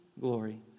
Glory